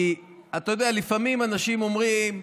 כי, אתה יודע, לפעמים אנשים אומרים: